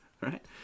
right